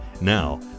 Now